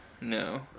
No